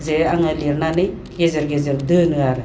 जे आङो लिरनानै गेजेर गेजेर दोनो आरो